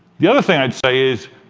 the other thing i'd say is,